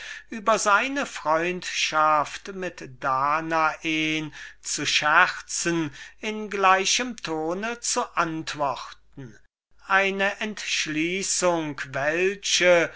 über seine freundschaft mit danae zu scherzen in gleichem ton zu antworten eine entschließung welche